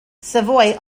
savoy